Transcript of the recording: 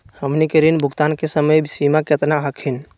हमनी के ऋण भुगतान के समय सीमा केतना हखिन?